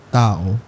tao